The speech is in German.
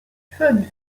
fünf